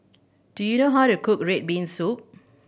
do you know how to cook red bean soup